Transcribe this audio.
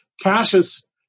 Cassius